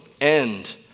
end